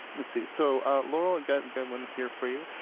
let's see. so ah laurel and got got one here for you.